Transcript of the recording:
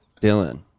Dylan